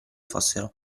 fossero